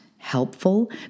helpful